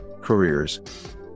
careers